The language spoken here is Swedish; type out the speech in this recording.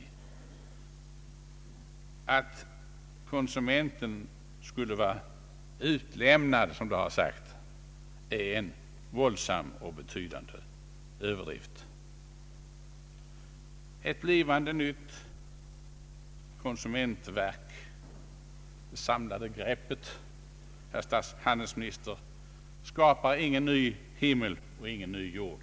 Att konsumenten skulle vara utlämnad, som det har sagts, är en våldsam överdrift. Ett blivande nytt konsumentverk, det samlade greppet, herr handelsminister, skapar ingen ny himmel och ingen ny jord.